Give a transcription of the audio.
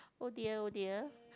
oh dear oh dear